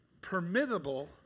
permittable